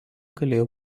galėjo